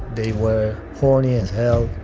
they were horny as hell.